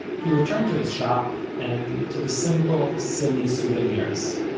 he returned to his shop, and to the simple, silly souvenirs.